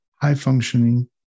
high-functioning